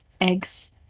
eggs